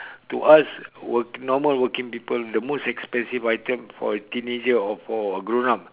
to us work normal working people the most expensive item for a teenager or for a grown up